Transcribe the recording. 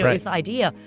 this idea,